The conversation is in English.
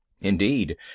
Indeed